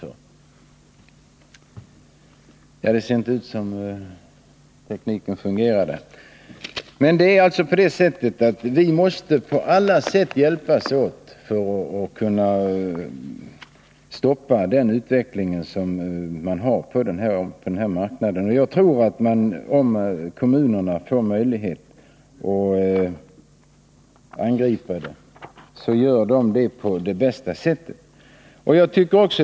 Det visar att det inte bara är inom skolan man skall agera, utan att vi alla måste hjälpas åt för att stoppa den utveckling som råder på den här marknaden. Jag tror att om kommunerna får möjlighet att angripa problemen, så gör de det på bästa sätt.